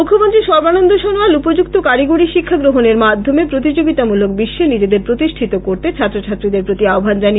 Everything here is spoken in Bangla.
মুখ্যমন্ত্রী সর্বানন্দ সনোয়াল উপযুক্ত কারিগড়ি শিক্ষা গ্রহনের মাধ্যমে প্রতিযোগিতামূলক বিশ্বে নিজেদের প্রতিষ্ঠিত করতে ছাত্রছাত্রীদের প্রতি আহ্বান জানান